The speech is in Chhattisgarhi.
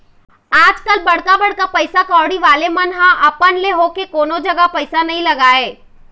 आजकल बड़का बड़का पइसा कउड़ी वाले मन ह अपन ले होके कोनो जघा पइसा नइ लगाय